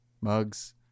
mugs